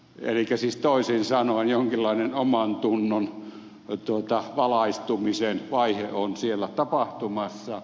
elikkä siis toisin sanoen jonkinlainen omantunnon valaistumisen vaihe on siellä tapahtumassa